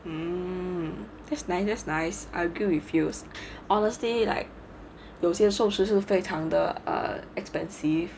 mmhmm that's nice that's nice I agree with you 有些寿司是非常的 expensive